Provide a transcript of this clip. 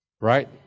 right